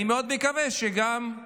אני מאוד מקווה שגם על